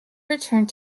returned